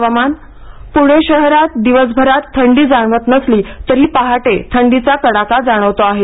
हवामान प्रणे शहरात दिवसभरात थंडी जाणवत नसली तरीही पहाटे थंडीचा कडाका जाणवतो आहे